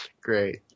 Great